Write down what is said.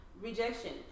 rejection